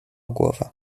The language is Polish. głowę